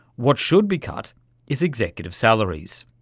what should be cut is executive salaries.